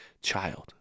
child